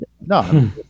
No